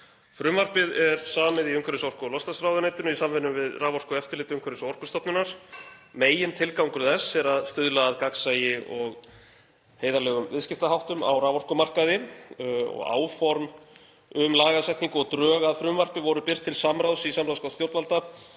Frumvarpið er samið í umhverfis- orku, og loftslagsráðuneytinu í samvinnu við Raforkueftirlit Umhverfis- og orkustofnunar. Megintilgangur frumvarpsins er að stuðla að gagnsæi og heiðarlegum viðskiptaháttum á raforkumarkaði. Áform um lagasetningu og drög að frumvarpi voru birt til samráðs í samráðsgátt stjórnvalda